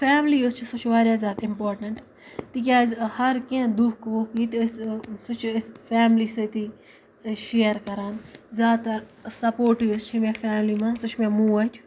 family یۄس چھےٚ سۄ چھےٚ واریاہ زیادٕ اِمپاٹَنٛٹ تِکیٛازِ ہرکینٛہہ دُکھ وُکھ یہِ تہِ أسۍ سُہ چھِ أسۍ فیملی سۭتی شِیَر کَران زیادٕتَر سپوٹِو یۄس چھِ مےٚ فیملی منٛز سُہ چھِ مےٚ موج